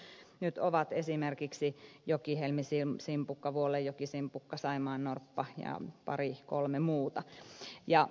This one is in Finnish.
tällaisia lajeja nyt ovat esimerkiksi jokihelmisimpukka vuollejokisimpukka saimaannorppa ja pari kolme muuta